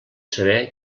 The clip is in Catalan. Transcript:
saber